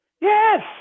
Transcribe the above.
yes